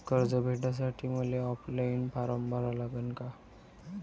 कर्ज भेटासाठी मले ऑफलाईन फारम भरा लागन का?